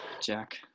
Jack